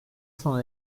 sona